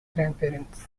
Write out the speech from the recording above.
grandparents